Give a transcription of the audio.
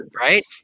right